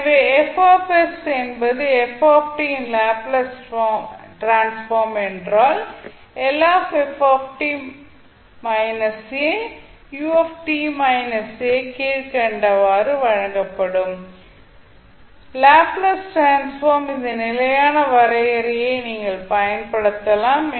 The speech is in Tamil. எனவே F என்பது f இன் லாப்ளேஸ் டிரான்ஸ்ஃபார்ம் என்றால் கீழ் கண்டவாறு வழங்கப்படும் லாப்ளேஸ் டிரான்ஸ்ஃபார்ம் இந்த நிலையான வரையறையை நீங்கள் பயன்படுத்தலாம்